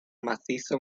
macizo